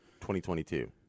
2022